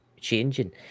changing